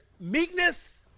meekness